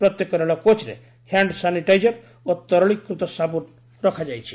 ପ୍ରତ୍ୟେକ ରେଳ କୋଚ୍ରେ ହ୍ୟାଣ୍ଡ ସାନିଟାଇଜର ଓ ତରଳୀକୃତ ସାବୁନ ରଖାଯାଇଛି